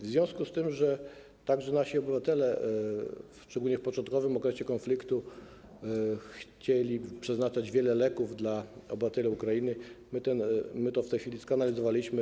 W związku z tym, że również nasi obywatele, szczególnie w początkowym okresie konfliktu, chcieli przeznaczać wiele leków na rzecz obywateli Ukrainy, my to w tej chwili skanalizowaliśmy.